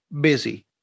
busy